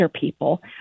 people